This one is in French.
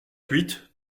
huit